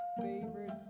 favorite